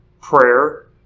prayer